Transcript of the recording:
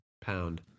pound